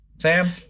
Sam